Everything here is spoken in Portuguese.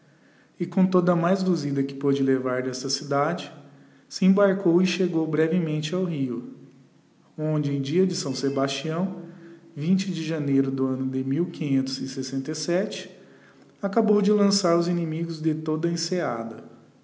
e com toda a mais luzida que poude levar desta cidade se embarcou e chegou brevemente ao rio onde em dia de s sebastião vinte de janeiro do anno de mil quinhentos e sessenta e sete acabou de lançar os inimigos de toda a enseada